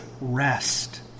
rest